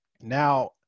Now